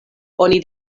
oni